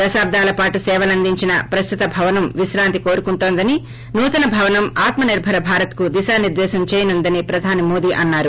దశాబ్దాల పాటు సేవలందించిన ప్రస్తుత భవనం విశ్రాంతి కోరుకుంటోందని నూతన భవనం ఆత్మనిర్బర భారత్ కు దిశానిర్రేశం చేయనుందని ప్రధాని మోడీ తెలిపారు